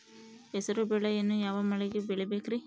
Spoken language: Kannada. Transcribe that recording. ಹೆಸರುಬೇಳೆಯನ್ನು ಯಾವ ಮಳೆಗೆ ಬೆಳಿಬೇಕ್ರಿ?